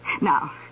Now